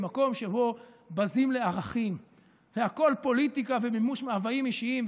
במקום שבו בזים לערכים והכול פוליטיקה ומימוש מאוויים אישיים,